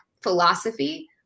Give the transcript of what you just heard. philosophy